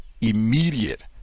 immediate